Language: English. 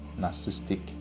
narcissistic